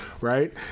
right